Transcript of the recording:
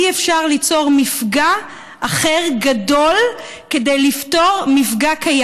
אי-אפשר ליצור מפגע אחר גדול כדי לפתור מפגע קיים.